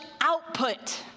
output